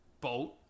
boat